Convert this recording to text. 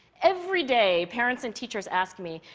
every day, parents and teachers ask me,